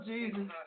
Jesus